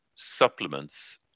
supplements